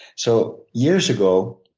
so years ago,